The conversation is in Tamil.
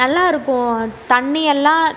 நல்லா இருக்கும் தண்ணி எல்லாம்